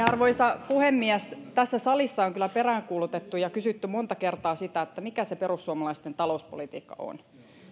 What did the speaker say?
arvoisa puhemies tässä salissa on kyllä peräänkuulutettu ja kysytty monta kertaa sitä mikä se perussuomalaisten talouspolitiikka on